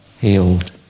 healed